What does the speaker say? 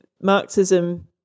Marxism